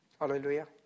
Hallelujah